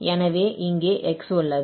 எனவே இங்கே x உள்ளது